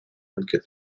anche